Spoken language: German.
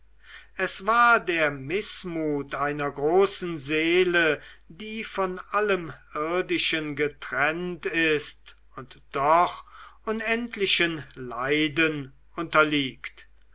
es war der mißmut einer großen seele die von allem irdischen getrennt ist und doch unendlichen leiden unterliegt